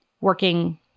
working